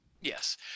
Yes